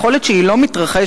יכולת שלא מתרחשת,